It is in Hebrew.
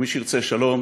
מי שירצה שלום,